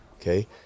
okay